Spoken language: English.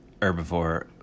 herbivore